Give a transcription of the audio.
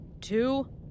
two